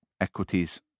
equities